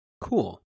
cool